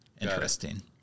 interesting